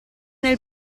nel